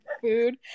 food